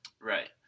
Right